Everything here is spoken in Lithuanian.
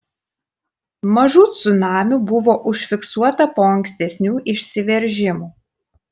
mažų cunamių buvo užfiksuota po ankstesnių išsiveržimų